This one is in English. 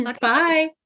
Bye